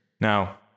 Now